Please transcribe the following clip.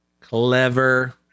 Clever